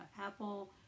Apple